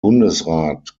bundesrat